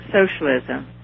socialism